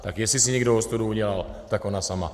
Tak jestli si někdo ostudu udělal, tak ona sama.